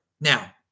Now